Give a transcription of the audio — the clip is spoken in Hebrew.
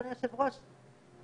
אדוני היושב-ראש,